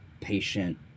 patient